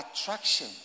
attraction